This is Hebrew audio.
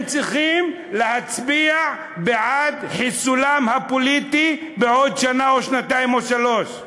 הם צריכים להצביע בעד חיסולם הפוליטי בעוד שנה או שנתיים או שלוש שנים.